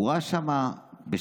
הוא התארח בשבת.